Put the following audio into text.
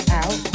out